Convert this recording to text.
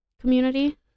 community